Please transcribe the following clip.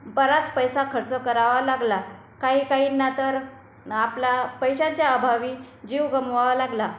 बराच पैसा खर्च करावा लागला काही काहींना तर ना आपला पैशाच्या अभावी जीव गमवावा लागला